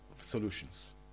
solutions